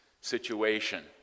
situation